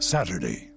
Saturday